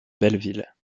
belleville